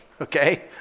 okay